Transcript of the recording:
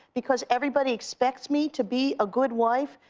because everybody expects me to be a good wife,